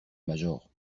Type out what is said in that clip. major